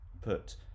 put